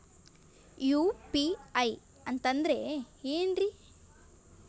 UPI ಅಂತಂದ್ರೆ ಏನ್ರೀ?